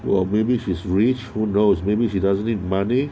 well maybe is rich who knows maybe she doesn't need money